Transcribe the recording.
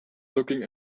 looking